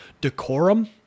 decorum